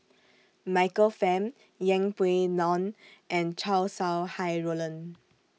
Michael Fam Yeng Pway Ngon and Chow Sau Hai Roland